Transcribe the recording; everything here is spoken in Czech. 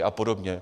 A podobně.